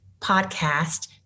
podcast